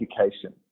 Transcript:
education